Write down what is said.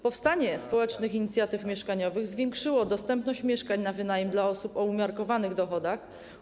Powstanie społecznych inicjatyw mieszkaniowych zwiększyło dostępność mieszkań na wynajem dla osób o umiarkowanych dochodach.